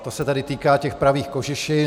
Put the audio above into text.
To se tedy týká těch pravých kožešin.